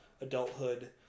adulthood